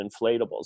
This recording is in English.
inflatables